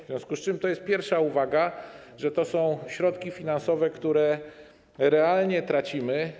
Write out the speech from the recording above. W związku z tym taka jest pierwsza uwaga: to są środki finansowe, które realnie tracimy.